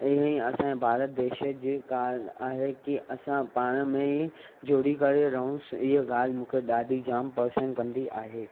हीअं ई असांजे भारत देश जे काल आहे की असां पाण में ई जुड़ी करे रहुंसि हीअ ॻाल्हि मूंखे ॾाढी जाम पसंदि कंदी आहे